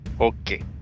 okay